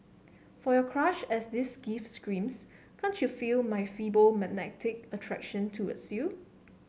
for your crush as this gift screams can't you feel my feeble magnetic attraction towards you